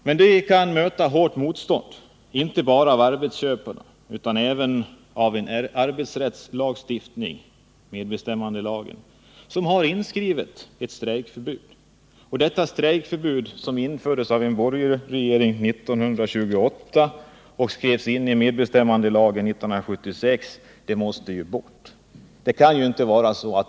De kan emellertid möta hårt motstånd, inte bara från arbetsköparna utan även från en arbetsrättslagstiftning — medbestämmandelagen — som har ett inskrivet strejkförbud. Detta strejkförbud, som infördes av en borgarregering 1928 och skrevs in i medbestämmandelagen 1976, måste bort.